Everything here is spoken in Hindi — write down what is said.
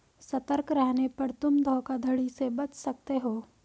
सतर्क रहने पर तुम धोखाधड़ी से बच सकते हो